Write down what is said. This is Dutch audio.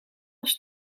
ons